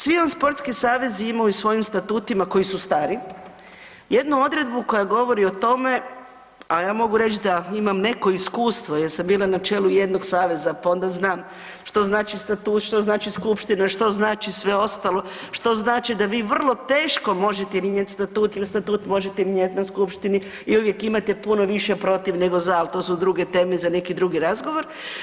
Svi vam sportski savezi imaju u svojim statutima, koji su stari, jednu odredbu koja govori o tome, a ja mogu reći da imam neko iskustvo jer sam bila na čelu jednog saveza pa onda znam što znači statut, što znači skupština, što znači sve ostalo, što znači da vi vrlo teško možete mijenjati statut jer statut možete mijenjati na skupštini i uvijek imate puno više protiv nego za, ali to su druge teme za neki drugi razgovor.